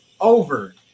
over